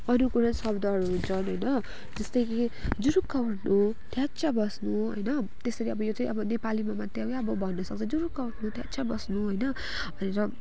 अरू कुनै शब्दहरू हुन्छन् होइन जस्तै कि जुरुक्क उठ्नु थ्याच्च बस्नु होइन त्यसरी अब यो चाहिँ अब नेपालीमा मात्र यो अब भन्नु सक्छ जुरुक्क उठ्नु थ्याच्च बस्नु होइन र